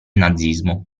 nazismo